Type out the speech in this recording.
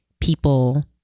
people